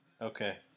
Okay